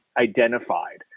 identified